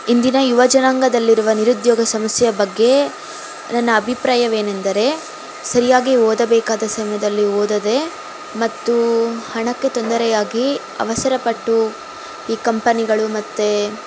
ಇಂದಿನ ಯುವಜನಾಂಗದಲ್ಲಿರುವ ನಿರುದ್ಯೋಗ ಸಮಸ್ಯೆಯ ಬಗ್ಗೆ ನನ್ನ ಅಭಿಪ್ರಾಯವೇನೆಂದರೆ ಸರಿಯಾಗಿ ಓದಬೇಕಾದ ಸಮಯದಲ್ಲಿ ಓದೋದೇ ಮತ್ತು ಹಣಕ್ಕೆ ತೊಂದರೆಯಾಗಿ ಅವಸರ ಪಟ್ಟು ಈ ಕಂಪನಿಗಳು ಮತ್ತೆ